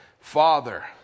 Father